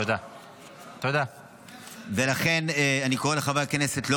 לכן אני קורא לחברי הכנסת,